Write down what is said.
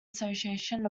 association